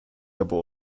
labor